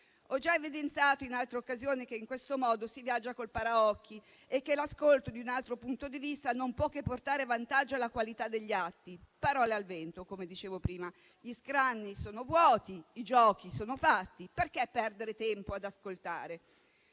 Ho già evidenziato in altre occasioni che in questo modo si viaggia col paraocchi e che l'ascolto di un altro punto di vista non può che portare vantaggio alla qualità degli atti. Parole al vento, come dicevo prima: gli scranni sono vuoti e i giochi sono fatti, perché perdere tempo ad ascoltare?